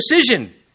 decision